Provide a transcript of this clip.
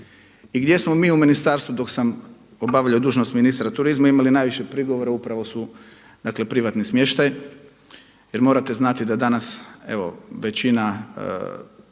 I gdje smo mi u ministarstvu dok sam obavljao dužnost ministra turizma imali najviše prigovora upravo su privatni smještaji jer morate znati da danas evo većina